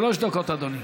שלוש דקות, אדוני.